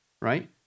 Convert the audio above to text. right